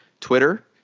Twitter